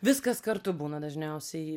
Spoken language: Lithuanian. viskas kartu būna dažniausiai